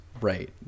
right